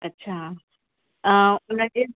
अछा ऐं उनजे